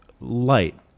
light